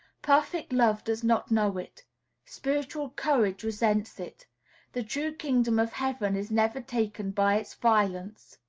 perfect love does not know it spiritual courage resents it the true kingdom of heaven is never taken by its violence.